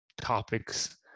topics